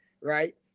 right